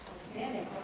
standing.